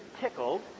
tickled